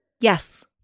Yes